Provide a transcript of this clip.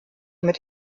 mit